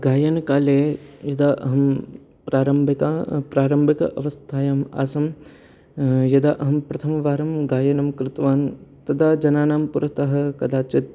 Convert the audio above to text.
गायनकाले यदा अहं प्रारम्भिका प्रारम्भिक अवस्थायाम् आसं यदा अहं प्रथमवारं गायनं कृतवान् तदा जनानां पुरतः कदाचिद्